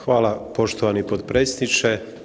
Hvala poštovani potpredsjedniče.